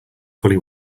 fully